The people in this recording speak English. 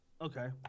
Okay